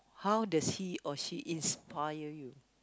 how does he or she inspire you